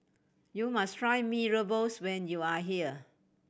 you must try Mee Rebus when you are here